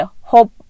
hope